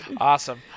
Awesome